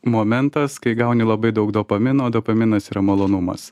momentas kai gauni labai daug dopamino dopaminas yra malonumas